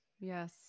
Yes